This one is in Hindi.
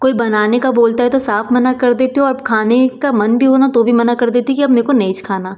कोई बनाने का बोलता है तो साफ मना कर देती हूँ अब खाने का मन भी हो न तो भी मना कर देती हूँ कि अब मेरे को नहीं खाना